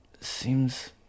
seems